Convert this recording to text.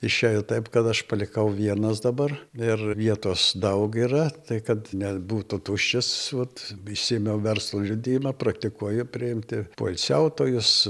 išėjo taip kad aš palikau vienas dabar ir vietos daug yra tai kad nebūtų tuščias vat išsiėmiau verslo liudijimą praktikuoju priimti poilsiautojus